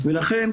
ולכן,